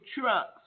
trucks